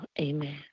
Amen